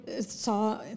saw